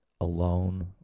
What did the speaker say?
alone